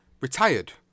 retired